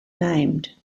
named